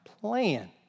plan